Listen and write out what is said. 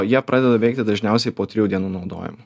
jie pradeda veikti dažniausiai po trijų dienų naudojimo